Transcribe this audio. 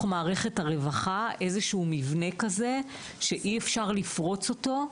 מערכת הרווחה איזשהו מבנה שאי אפשר לפרוץ אותו.